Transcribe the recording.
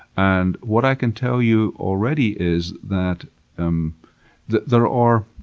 and what i can tell you already is that um that there are